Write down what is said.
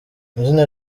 izina